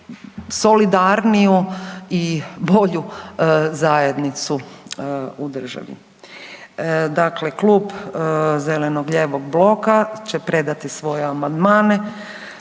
solidarniju i bolju zajednicu u državi. Dakle, Klub zeleno-lijevog bloka će predati svoje amandmane,